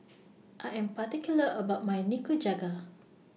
I Am particular about My Nikujaga